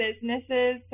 businesses